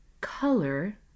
color